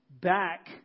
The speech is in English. back